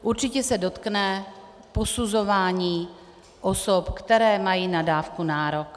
Určitě se dotkne posuzování osob, které mají na dávku nárok.